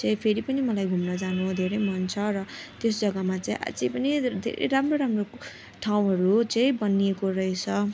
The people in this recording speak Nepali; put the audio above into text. चाहिँ फेरि पनि मलाई घुम्न जानु धेरै मन छ र त्यस जग्गामा चाहिँ अझै पनि धेरै राम्रो राम्रो ठाउँहरू चाहिँ बनिएको रहेछ